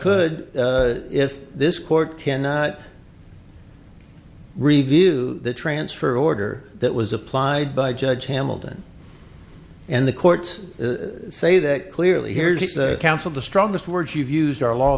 could if this court cannot review the transfer order that was applied by judge hamilton and the courts say that clearly here to counsel the strongest words you've used our law